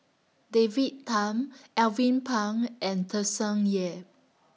David Tham Alvin Pang and Tsung Yeh